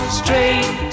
straight